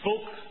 spoke